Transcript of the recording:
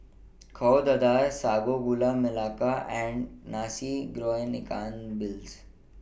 Kueh Dadar Sago Gula Melaka and Nasi Goreng Ikan Bilis